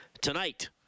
tonight